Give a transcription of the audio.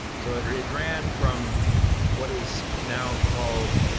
so it ran from what is now called,